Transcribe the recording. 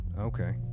Okay